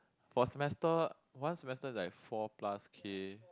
for semester one semester is like four plus K